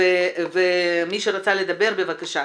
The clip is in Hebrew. מי שרצה לדבר, בבקשה.